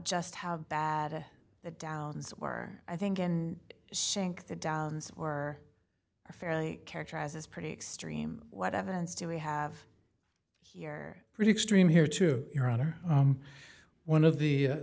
just how bad the downs are i think and sink the downs or are fairly characterizes pretty extreme what evidence do we have here pretty extreme here to your honor one of the